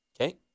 Okay